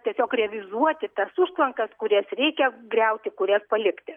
tiesiog revizuoti tas užtvankas kurias reikia griauti kurias palikti